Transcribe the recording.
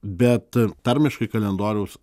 bet tarmiškai kalendoriaus